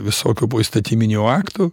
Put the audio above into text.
visokių poįstatyminių aktų